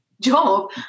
job